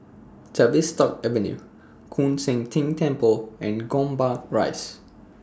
Tavistock Avenue Koon Seng Ting Temple and Gombak Rise